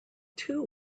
too